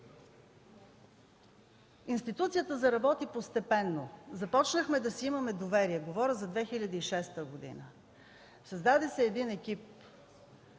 Институцията заработи постепенно, започнахме да си имаме доверие – говоря за 2006 г. Създаде се един екип